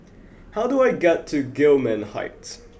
how do I get to Gillman Heights